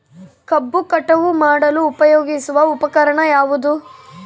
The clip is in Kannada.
ಕಬ್ಬು ಕಟಾವು ಮಾಡಲು ಉಪಯೋಗಿಸುವ ಉಪಕರಣ ಯಾವುದು?